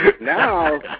Now